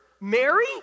Mary